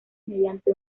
mediante